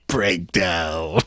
Breakdown